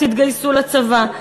תתגייסו לצבא,